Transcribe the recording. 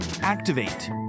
Activate